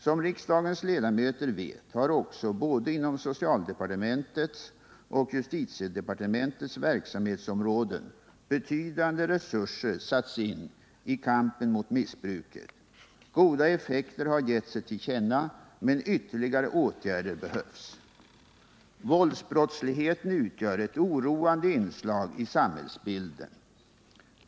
Som riksdagens ledamöter vet har också både inom socialdepartementets och justitiedepartementets verksamhetsområden betydande resurser satts in i kampen mot missbruket. Goda effekter har gett sig till känna, men ytterligare åtgärder behövs. Våldsbrottsligheten utgör ett oroande inslag i samhällsbilden.